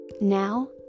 Now